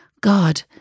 God